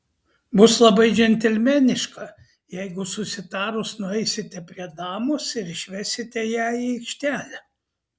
bus labai džentelmeniška jeigu susitarus nueisite prie damos ir išsivesite ją į aikštelę